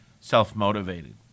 self-motivated